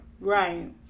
Right